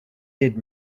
did